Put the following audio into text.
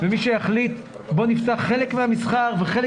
ומי שיחליט 'בוא נפתח חלק מהמסחר' וחלק